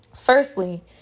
Firstly